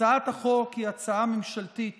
הצעת החוק היא הצעה ממשלתית